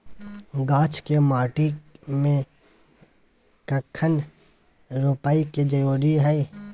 गाछ के माटी में कखन रोपय के जरुरी हय?